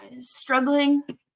struggling